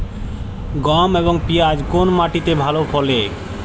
গম এবং পিয়াজ কোন মাটি তে ভালো ফলে?